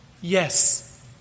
Yes